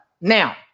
Now